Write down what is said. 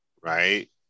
right